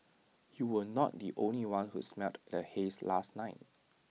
you were not the only one who smelled the haze last night